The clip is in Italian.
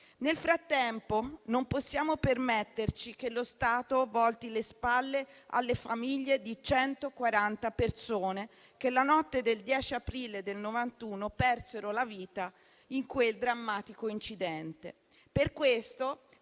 Nel frattempo, non possiamo permetterci che lo Stato volti le spalle alle famiglie di 140 persone che la notte del 10 aprile del 1991 persero la vita in quel drammatico incidente. Per questo